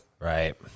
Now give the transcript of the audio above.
Right